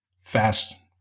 fast